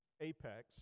apex